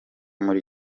muri